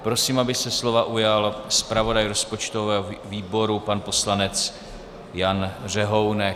Prosím, aby se slova ujal zpravodaj rozpočtového výboru pan poslanec Jan Řehounek.